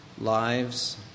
lives